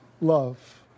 Love